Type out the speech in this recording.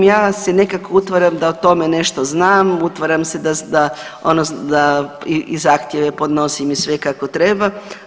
Ja si nekako utvaram da o tome nešto znam, utvaram si da i zahtjeve podnosim i sve kako treba.